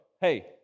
hey